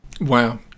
Wow